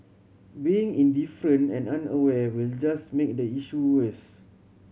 being indifferent and unaware will just make the issue worse